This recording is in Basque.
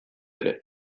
ere